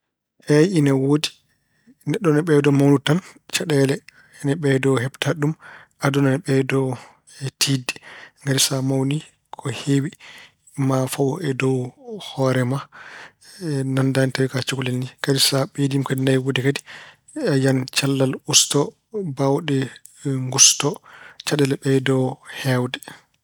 Eey ina woodi. Neɗɗo ina ɓeydoo mawnude tan caɗeele ina ɓeydoo heɓtaade ɗum, aduna ina ɓeydoo tiiɗde. Ngati sa mawni ko heewi maa fawoo e dow hoore ma, nandaani to ko a cukalel ni. Kadi so ɓeydiima kadi mawnude kadi, a yiyan cellal ustoo, baawɗe ngustoo, caɗeele ɓeydoo heewde.